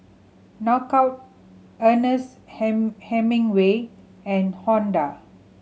Knockout Ernest Hemingway and Honda